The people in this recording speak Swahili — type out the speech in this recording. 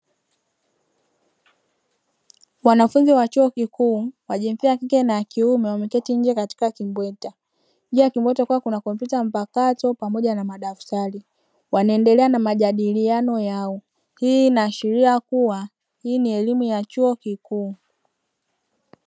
Wanafunzi wa chuo kikuu wa jinsia ya kike na ya kiume wameketi nje katika kimbweta ya nje ya kimbweta kukiwa na kompyuta mpakato pamoja na madaftari, wanaendelea na majadiliano yao, hii inaashiria kuwa hii ni elimu ya chuo kikuu.